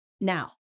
now